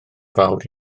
fawr